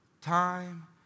time